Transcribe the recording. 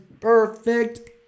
perfect